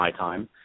MyTime